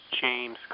James